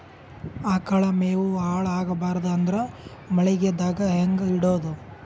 ಆಕಳ ಮೆವೊ ಹಾಳ ಆಗಬಾರದು ಅಂದ್ರ ಮಳಿಗೆದಾಗ ಹೆಂಗ ಇಡೊದೊ?